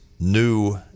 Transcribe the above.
new